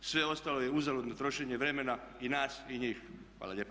Sve ostalo je uzaludno trošenje vremena i nas i njih.